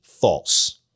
false